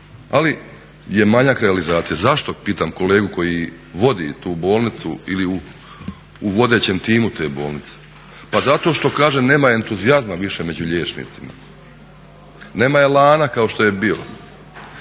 Ali je manjak realizacija. Zašto pitam kolegu koji vodi tu bolnicu ili u vodećem timu te bolnice? Pa zato što kažem nema entuzijazma više među liječnicima, nema elana kao što je bio.